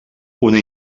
una